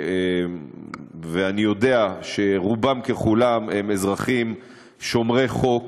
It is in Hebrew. ואני יודע שרובם ככולם הם אזרחים שומרי חוק,